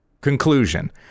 Conclusion